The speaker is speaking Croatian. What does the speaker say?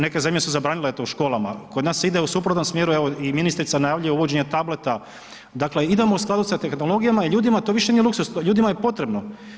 Neke zemlje su zabranile to u školama, kod nas se ide u suprotnom smjeru, evo i ministrica najavljuje uvođenje tableta, dakle, idemo u skladu sa tehnologijama i ljudima to više nije luksuz, ljudima je potrebno.